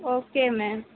okay ma'am